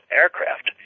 aircraft